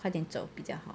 快点走比较好